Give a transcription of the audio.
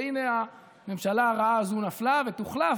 והינה הממשלה הרעה הזאת נפלה ותוחלף,